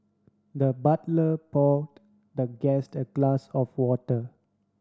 the butler poured the guest a glass of water